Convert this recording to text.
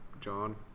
John